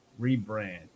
rebrand